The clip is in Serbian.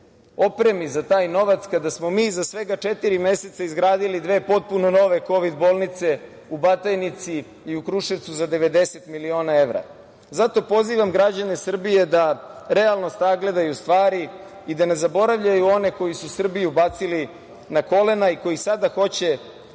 opremi za taj novac, kada smo mi za svega četiri meseca izgradili dve potpuno nove kovid bolnice u Batajnici i u Kruševcu za 90 miliona evra. Zato pozivam građane Srbije da realno sagledaju stvari i da ne zaboravljaju one koji su Srbiju bacili na kolena i koji sada hoće